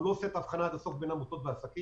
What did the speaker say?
הוא לא עושה את ההבחנה עד הסוף בין עמותות לעסקים.